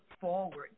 forward